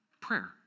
Prayer